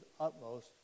utmost